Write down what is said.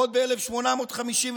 עוד ב-1859.